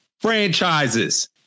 franchises